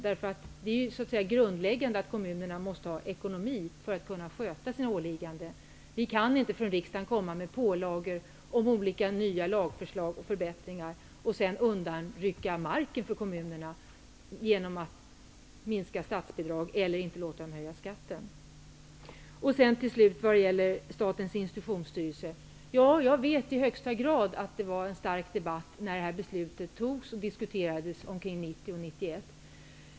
Det är grundläggande att kommunerna måste ha en god ekonomi för att kunna sköta sina åligganden. Riksdagen kan inte komma med pålagor på grund av nya lagförslag om förbättringar, men sedan rycka undan marken för kommunerna genom att minska statsbidrag eller inte låta dem höja skatten. Till slut vad gäller statens institutionsstyrelse: jag vet i högsta grad att det var en stark debatt när beslutet diskuterades och fattades omkring 1990 och 1991.